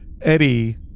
Eddie